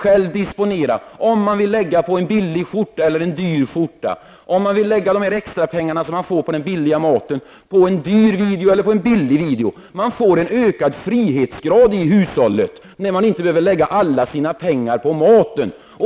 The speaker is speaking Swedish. De kan välja om de vill lägga pengarna på en billig eller dyr skjorta och om man vill lägga de extrapengar som man får över på grund av den billiga maten på en dyr eller en billig video. Man får en ökad frihetsgrad i hushållet, när man inte behöver lägga alla sina pengar på mat.